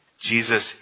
Jesus